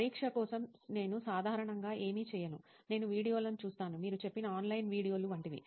పరీక్ష కోసం నేను సాధారణంగా ఏమి చేయను నేను వీడియోలను చూస్తాను మీరు చెప్పిన ఆన్లైన్ వీడియోలు వంటివి